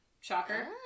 shocker